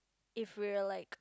if we're like